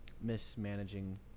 mismanaging